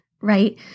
right